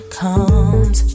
comes